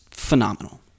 Phenomenal